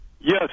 Yes